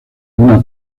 una